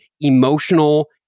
emotional